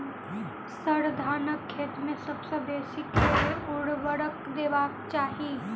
sir, धानक खेत मे सबसँ बेसी केँ ऊर्वरक देबाक चाहि